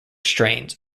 strains